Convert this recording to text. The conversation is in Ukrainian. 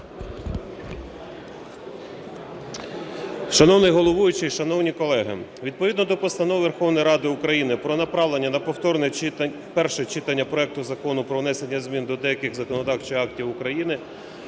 Шановний головуючий, шановні колеги. Відповідно до Постанови Верховної Ради України про направлення на повторне перше читання проекту Закону про внесення змін до деяких законодавчих актів України